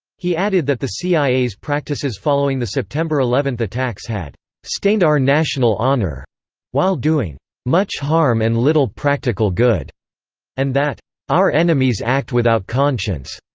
he added that the cia's practices following the september eleven attacks had stained our national honor while doing much harm and little practical good and that our enemies act without conscience.